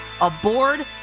aboard